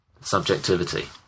Subjectivity